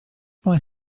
mae